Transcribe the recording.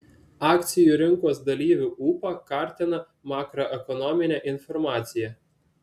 akcijų rinkos dalyvių ūpą kartina makroekonominė informacija